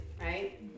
right